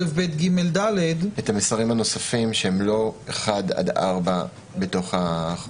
וכך- -- את המסרים הנוספים שהם לא (1) עד (4) בתוך החוק.